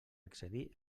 excedir